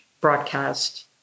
broadcast